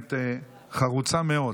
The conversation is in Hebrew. באמת חרוץ מאוד.